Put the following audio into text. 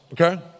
okay